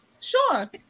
sure